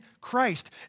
Christ